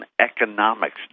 economics